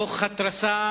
תוך התרסה